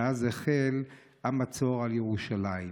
שאז החל המצור על ירושלים.